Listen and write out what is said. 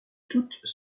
toutes